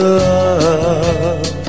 love